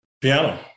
Piano